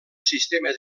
sistema